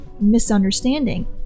misunderstanding